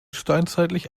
steinzeitlich